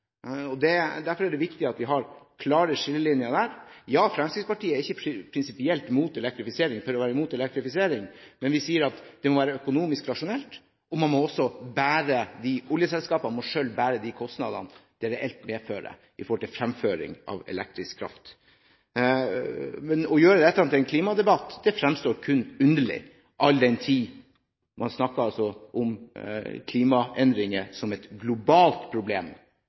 i nettet. Derfor er det viktig at vi har klare skillelinjer der. Fremskrittspartiet er ikke prinsipielt imot elektrifisering for å være imot elektrifisering, men vi sier at det må være økonomisk og rasjonelt, og oljeselskapene må selv bære de reelle kostnadene når det gjelder fremføring av elektrisk kraft. Å gjøre dette til en klimadebatt fremstår kun underlig – all den tid man snakker om klimaendringer som et globalt problem.